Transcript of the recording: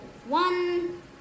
One